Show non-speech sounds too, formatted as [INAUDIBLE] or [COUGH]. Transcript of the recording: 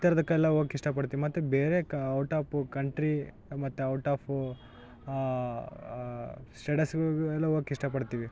ಈ ತರದಕ್ಕೆಲ್ಲ ಹೋಗೋಕ್ ಇಷ್ಟ ಪಡ್ತಿ ಮತ್ತು ಬೇರೆ ಕ ಔಟ್ ಆಪು ಕಂಟ್ರೀ ಮತ್ತು ಔಟ್ ಆಫು ಸ್ಟೆಡಸೂ [UNINTELLIGIBLE] ಎಲ್ಲ ಹೋಗೋಕ್ ಇಷ್ಟ ಪಡ್ತೀವಿ